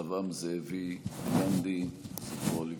רחבעם זאבי (גנדי), זכרו לברכה.